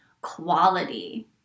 quality